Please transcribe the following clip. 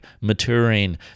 maturing